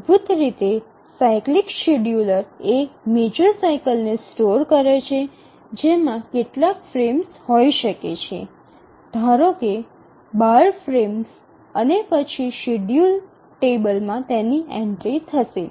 મૂળભૂત રીતે cyclic scheduler એક મેજર સાઇકલ ને સ્ટોર કરે છે જેમાં કેટલાક ફ્રેમ્સ હોઈ શકે છે ધારોકે ૧૨ ફ્રેમ્સ અને પછી શેડ્યૂલ્ડ ટેબલમાં તેની એન્ટ્રી થશે